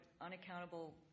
unaccountable